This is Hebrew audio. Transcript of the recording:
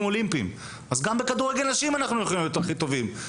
אולימפיים אז גם בכדורגל נשים אנחנו יכולים להיות הכי טובה.